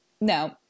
no